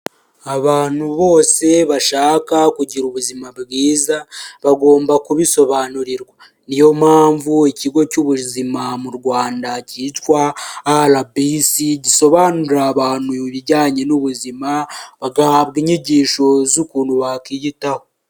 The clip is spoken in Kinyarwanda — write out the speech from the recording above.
Abantu bose bashaka kugira ubuzima bwiza, bagomba kubisobanurirwa. Ni yo mpamvu ikigo cy'ubuzima mu Rwanda, cyitwa arabisi gisobanurira abantu ibijyanye n'ubuzima, bagahabwa inyigisho z'ukuntu bakiyitaho.